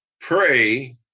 pray